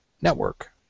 Network